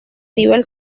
nivel